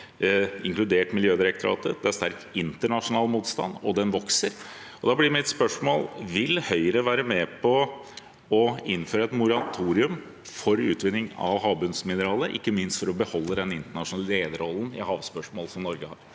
inkludert fra Miljødirektoratet, det er sterk internasjonal motstand, og den vokser. Da blir mitt spørsmål: Vil Høyre være med på å innføre et moratorium for utvinning av havbunnsmineraler, ikke minst for å beholde den internasjonale lederrollen Norge har